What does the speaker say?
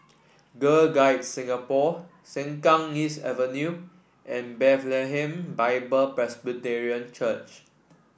Girl Guides Singapore Sengkang East Avenue and Bethlehem Bible Presbyterian Church